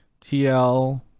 TL